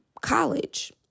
college